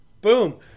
Boom